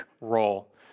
role